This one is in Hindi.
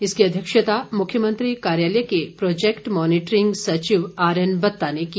इसकी अध्यक्षता मुख्यमंत्री कार्यालय के प्रोजेक्ट मोनिटरिंग सचिव आरएन बत्ता ने की